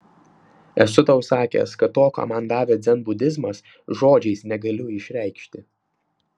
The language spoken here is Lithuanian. esu tau sakęs kad to ką man davė dzenbudizmas žodžiais negaliu išreikšti